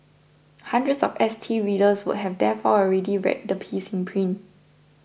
hundreds of S T readers would have therefore already read the piece in print